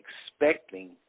expecting